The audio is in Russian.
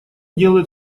делает